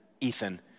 Ethan